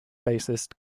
bassist